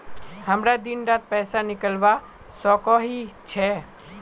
हमरा दिन डात पैसा निकलवा सकोही छै?